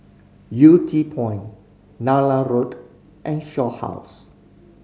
Yew Tee Point Nallur Road and Shaw House